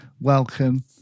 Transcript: welcome